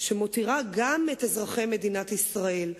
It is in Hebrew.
שמותירה גם את אזרחי מדינת ישראל,